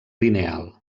lineal